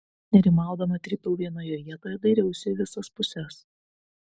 nerimaudama trypiau vienoje vietoje dairiausi į visas puses